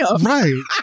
Right